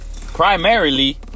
Primarily